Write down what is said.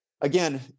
again